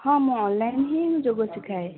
ହଁ ମୁଁ ଅନ୍ଲାଇନ୍ ହିଁ ଯୋଗ ଶିଖାଏ